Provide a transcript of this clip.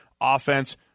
offense